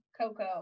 coco